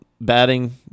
batting